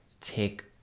take